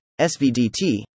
SVDT